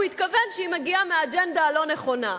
הוא התכוון שהיא מגיעה מהאג'נדה הלא-נכונה.